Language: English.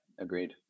agreed